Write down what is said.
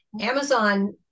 Amazon